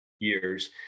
years